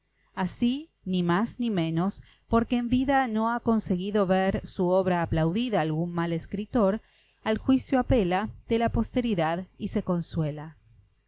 así ni más ni menos porque en vida no ha conseguido ver su obra aplaudida algún mal escritor al juicio apela de la posteridad y se consuela